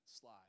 slide